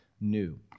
new